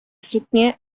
suknie